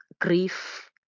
grief